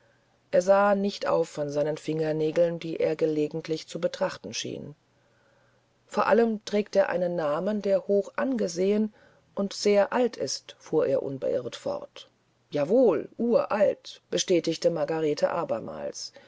er sah nicht auf von seinen fingernägeln die er angelegentlich zu betrachten schien vor allem trägt er einen namen der hochangesehen und sehr alt ist fuhr er unbeirrt fort jawohl uralt bestätigte margarete abermals